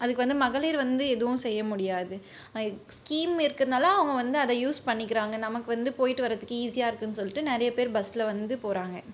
அதுக்கு வந்து மகளிர் வந்து எதுவும் செய்ய முடியாது ஸ்கீம் இருக்குறதுனால அவங்க வந்து அதை யூஸ் பண்ணிக்கிறாங்க நமக்கு வந்து போய்ட்டு வரத்துக்கு ஈஸியாக இருக்குன்னு சொல்லிட்டு நிறைய பேர் பஸ்ஸில் வந்து போகிறாங்க